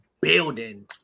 building